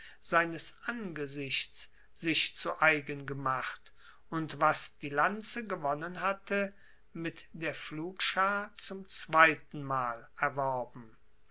seines angesichts sich zu eigen gemacht und was die lanze gewonnen hatte mit der pflugschar zum zweitenmal erworben